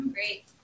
Great